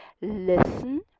listen